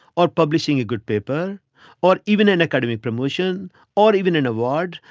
or publishing a good paper or even an academic promotion or even an award.